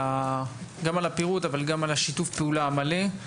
גם על הפירוט וגם על השיתוף פעולה מלא.